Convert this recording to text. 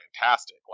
fantastic